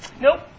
Nope